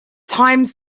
times